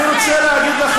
אתה אומר את זה.